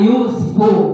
useful